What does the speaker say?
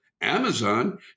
Amazon